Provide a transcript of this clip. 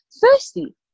Firstly